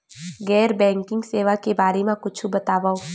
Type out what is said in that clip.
गैर बैंकिंग सेवा के बारे म कुछु बतावव?